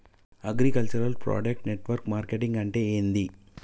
Agriculture product network marketing అంటే ఏంది?